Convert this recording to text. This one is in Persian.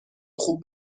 خوب